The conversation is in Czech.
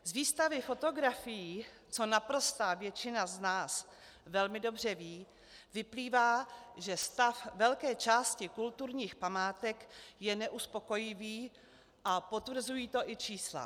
Z výstavy fotografií, co naprostá většina z nás velmi dobře ví, vyplývá, že stav velké části kulturních památek je neuspokojivý, a potvrzují to i čísla.